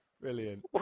Brilliant